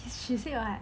is she said [what]